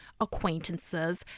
acquaintances